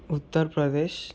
Uttar Pradesh